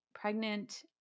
pregnant